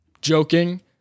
joking